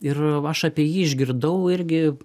ir aš apie jį išgirdau irgi